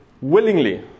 willingly